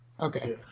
Okay